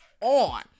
on